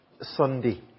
Sunday